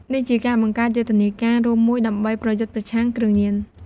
នេះជាការបង្កើតយន្តការរួមមួយដើម្បីប្រយុទ្ធប្រឆាំងគ្រឿងញៀន។